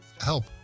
help